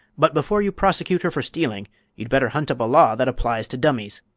but before you prosecute her for stealing you'd better hunt up a law that applies to dummies.